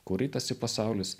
kur ritasi pasaulis